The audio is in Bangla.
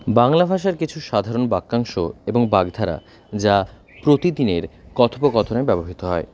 বাংলা ভাষার কিছু সাধারণ বাক্যাংশ এবং বাগধারা যা প্রতিদিনের কথোপকথনে ব্যবহৃত হয়